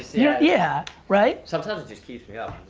yeah yeah, right. sometimes it just keeps me up,